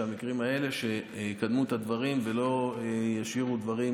שבמקרים האלה יקדמו את הדברים ולא ישאירו דברים